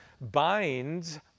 binds